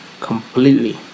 completely